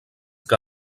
que